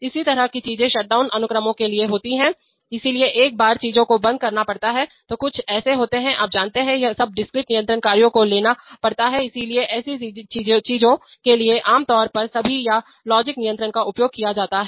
इसी तरह की चीजें शटडाउन अनुक्रमों के लिए होती हैं इसलिए एक बार चीजों को बंद करना पड़ता है तो कुछ ऐसे होते हैं आप जानते हैं सब डिस्क्रीट नियंत्रण कार्यों को लेना पड़ता है इसलिए ऐसी चीजों के लिए आमतौर पर सभी या लॉजिक नियंत्रक का उपयोग किया जाता है